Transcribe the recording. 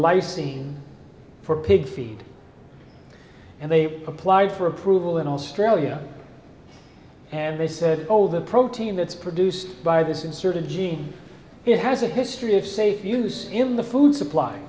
lysine for pig feed and they apply for approval in australia and they said all the protein that's produced by this inserted gene it has a history of safe use in the food supply